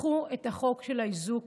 קחו את החוק של האיזוק